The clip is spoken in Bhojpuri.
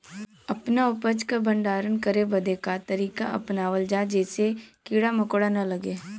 अपना उपज क भंडारन करे बदे का तरीका अपनावल जा जेसे कीड़ा मकोड़ा न लगें?